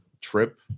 trip